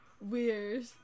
Weird